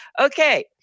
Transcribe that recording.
Okay